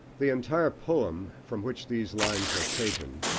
the entire poem from which these lines are taken,